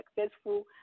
successful